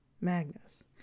Magnus